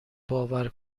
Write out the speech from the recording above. باور